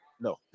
no